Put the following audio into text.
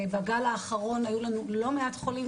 בגל האחרון היו לנו לא מעט חולים,